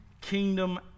kingdom